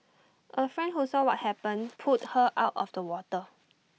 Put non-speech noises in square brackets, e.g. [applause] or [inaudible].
A friend who saw what happened [noise] pulled her out of the water